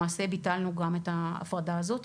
למעשה ביטלנו גם את ההפרדה הזאת,